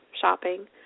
shopping